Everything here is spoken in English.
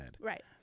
right